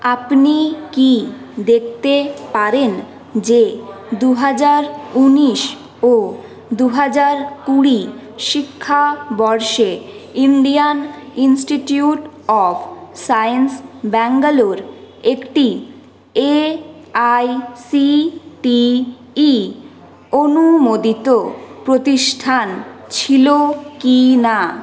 আপনি কি দেখতে পারেন যে দু হাজার উনিশ ও দু হাজার কুড়ি শিক্ষাবর্ষে Indian Institute of Science Bangalore একটি A I C T E অনুমোদিত প্রতিষ্ঠান ছিলো কি না